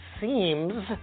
Seems